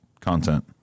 content